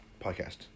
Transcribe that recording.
podcast